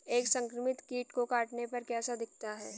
एक संक्रमित कीट के काटने पर कैसा दिखता है?